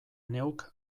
neuk